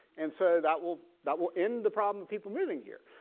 and so that will that will end the problem of people moving here.